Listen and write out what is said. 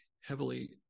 heavily